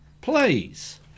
please